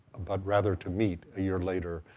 but rather to meet, a year later,